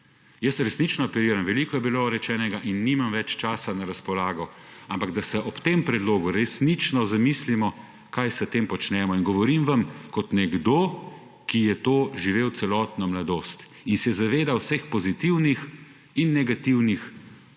športu. Apeliram, veliko je bilo rečenega in nimam več časa na razpolago, da se ob tem predlogu resnično zamislimo, kaj s tem počnemo. Govorim vam kot nekdo, ki je to živel celotno mladost in se zaveda vseh pozitivnih in negativnih